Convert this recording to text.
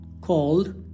called